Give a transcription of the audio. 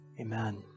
Amen